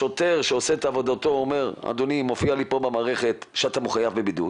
השוטר שעושה את עבודתו אומר 'אדוני אתה מופיע במערכת כמחוייב בבידוד'